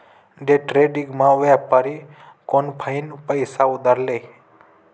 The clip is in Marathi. डेट्रेडिंगमा व्यापारी कोनफाईन पैसा उधार ले